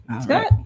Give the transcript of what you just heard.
Scott